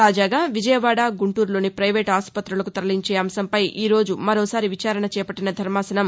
తాజాగా విజయవాడ గుంటూరులోని పైవేటు ఆస్పత్తులకు తరలించే అంశంపై ఈ రోజు మరోసారి విచారణ చేపట్టిన ధర్మాసనం